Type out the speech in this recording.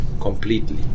completely